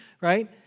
right